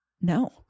no